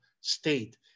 State